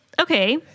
Okay